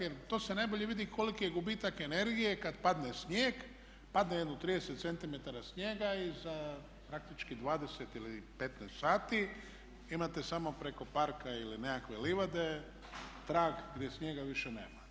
Jer to se najbolje vidi koliki je gubitak energije kad padne snijeg, padne jedno 30 cm snijega i za praktički 20 ili 15 sati imate samo preko parka ili nekakve livade trag gdje snijega više nema.